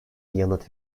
yanıt